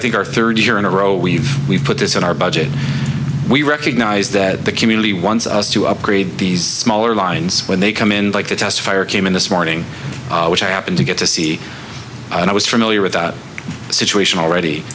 think our third year in a row we've we've put this in our budget we recognize that the community wants us to upgrade these smaller lines when they come in like the test fire came in this morning which i happened to get to see and i was familiar with that situation already